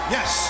Yes